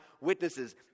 witnesses